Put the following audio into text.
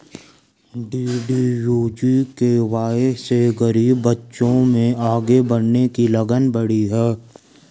DDU GKY से गरीब बच्चों में आगे बढ़ने की लगन बढ़ी है